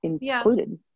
included